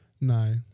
No